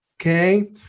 okay